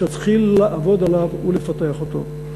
שנתחיל לעבוד עליו ולפתח אותו.